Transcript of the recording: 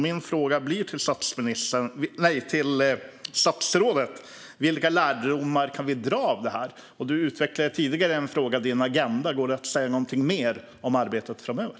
Min fråga till statsrådet blir: Vilka lärdomar kan vi dra av detta? Du utvecklade din agenda i svaret på en tidigare fråga. Går det att säga något mer om arbetet framöver?